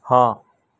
ہاں